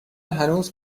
هنوز